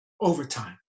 overtime